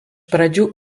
pradžių